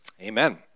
Amen